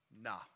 Nah